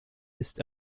ist